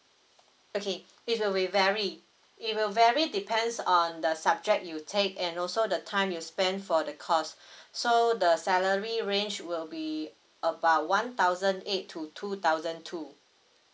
okay it will vary it will vary depends on the subject you take and also the time you spend for the course so the salary range will be about one thousand eight to two thousand two